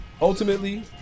ultimately